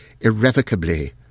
irrevocably